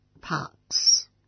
Parks